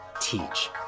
Teach